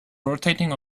rotating